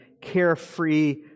carefree